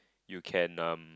you can um